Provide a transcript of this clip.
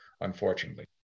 unfortunately